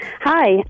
Hi